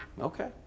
Okay